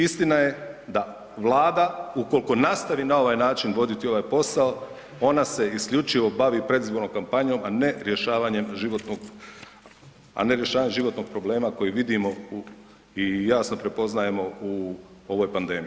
Istina je da Vlada ukoliko nastavi na ovaj način vodit ovaj posao, ona se isključivo bavi predizbornom kampanjom, a ne rješavanjem životnog, a ne rješavanjem životnog problema kojeg vidimo i jasno prepoznajemo u ovoj pandemiji.